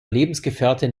lebensgefährtin